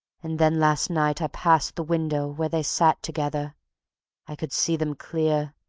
and then last night i passed the window where they sat together i could see them clear,